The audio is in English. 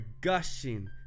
gushing